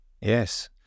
Yes